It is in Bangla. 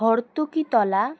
হর্তুকি তলা